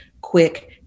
quick